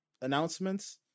announcements